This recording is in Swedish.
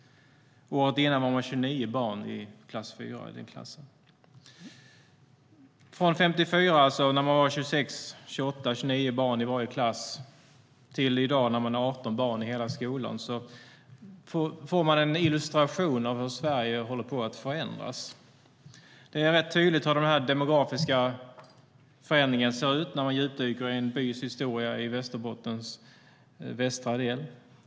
Året innan var det 29 barn i klass 4. Från 1954 när det var 26, 28 eller 29 barn i varje klass till i dag när det är 18 barn i hela skolan får man en illustration av hur Sverige håller på att förändras. Det är rätt tydligt hur den demografiska förändringen ser ut när man djupdyker i en bys historia i Västerbottens västra del.